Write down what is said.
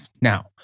Now